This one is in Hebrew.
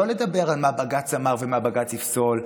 לא לדבר על מה בג"ץ אמר ומה בג"ץ יפסול,